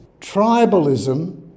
tribalism